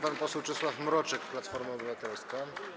Pan poseł Czesław Mroczek, Platforma Obywatelska.